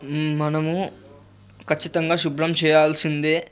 మనము ఖచ్చితంగా శుభ్రం చేయాల్సిందే